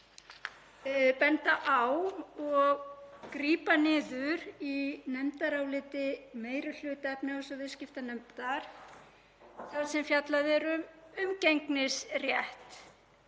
benda á og grípa niður í nefndarálit meiri hluta efnahags- og viðskiptanefndar þar sem fjallað er um umgengnisrétt